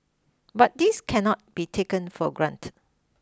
but this cannot be taken for granted